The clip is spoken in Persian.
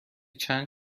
چند